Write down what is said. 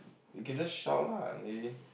you can just shout lah maybe